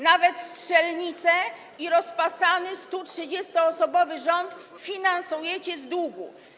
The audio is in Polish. Nawet strzelnice i rozpasany, 130-osobowy rząd finansujecie z długu.